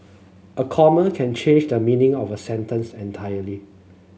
a comma can change the meaning of a sentence entirely